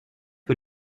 que